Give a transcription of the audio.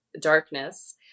darkness